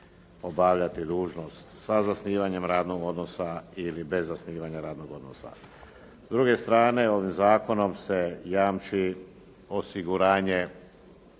obavljati dužnost sa zasnivanjem radnog odnosa ili bez zasnivanja radnog odnosa. S druge strane, ovim zakonom se jamči osiguranje